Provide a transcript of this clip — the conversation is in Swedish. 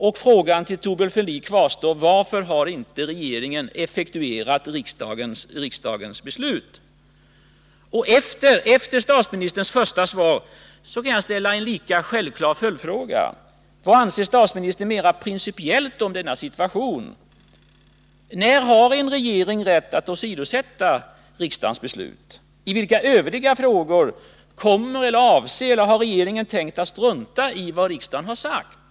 Och frågan till Thorbjörn Fälldin kvarstår: Varför har regeringen inte effektiverat riksdagens beslut? Efter statsministerns första svar kan jag också ställa en lika självklar följdfråga: Vad anser statsministern mer principiellt om denna situation? När har en regering rätt att åsidosätta riksdagens beslut? I vilka övriga frågor har regeringen tänkt sig att strunta i vad riksdagen har sagt?